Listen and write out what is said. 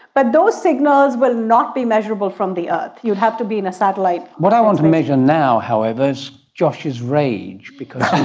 but those signals will not be measurable from the earth, you have to be in a satellite. what i want to measure now however is josh's rage, because